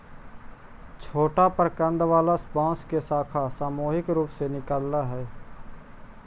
छोटा प्रकन्द वाला बांस के शाखा सामूहिक रूप से निकलऽ हई